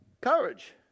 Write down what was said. Courage